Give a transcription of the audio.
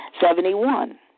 Seventy-one